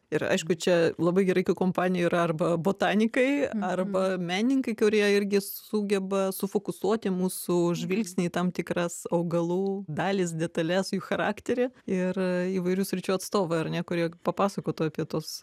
ir aišku čia labai gerai kai kompanijoj yra arba botanikai arba menininkai kurie irgi sugeba sufokusuoti mūsų žvilgsnį į tam tikras augalų dalis detales jų charakterį ir įvairių sričių atstovai ar ne kurie papasakotų apie tuos